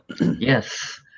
yes